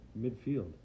midfield